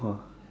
!wah!